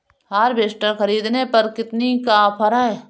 Harvester ख़रीदने पर कितनी का ऑफर है?